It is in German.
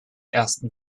ersten